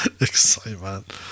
Excitement